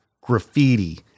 graffiti